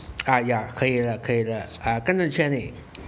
ah ya 可以了可以了啊真的确定